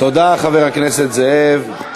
תודה, חבר הכנסת זאב.